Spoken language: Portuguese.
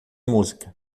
música